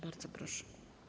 Bardzo proszę.